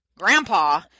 Grandpa